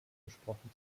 gesprochen